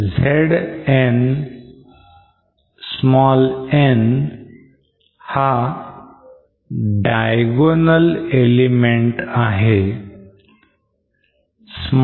Zn'n' हा diagonal element आहे